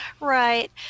Right